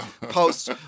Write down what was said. post